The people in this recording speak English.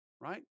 right